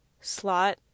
slot